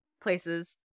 places